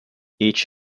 each